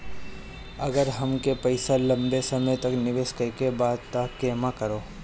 अगर हमके पईसा लंबे समय तक निवेश करेके बा त केमें करों?